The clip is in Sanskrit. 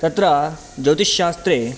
तत्र ज्योतिश्शास्त्रे